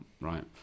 Right